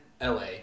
LA